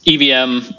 EVM